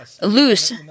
lose